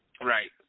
Right